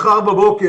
מחר בבוקר,